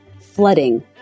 Flooding